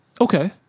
Okay